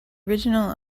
original